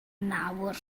nawr